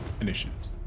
Initiatives